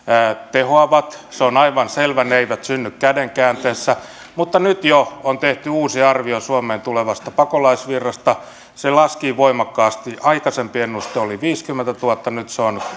tehoavat ja se on aivan selvä että ne eivät synny käden käänteessä mutta nyt jo on tehty uusi arvio suomeen tulevasta pakolaisvirrasta se laski voimakkaasti aikaisempi ennuste oli viisikymmentätuhatta nyt se on